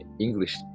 English